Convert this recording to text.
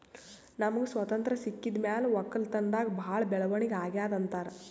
ನಮ್ಗ್ ಸ್ವತಂತ್ರ್ ಸಿಕ್ಕಿದ್ ಮ್ಯಾಲ್ ವಕ್ಕಲತನ್ದಾಗ್ ಭಾಳ್ ಬೆಳವಣಿಗ್ ಅಗ್ಯಾದ್ ಅಂತಾರ್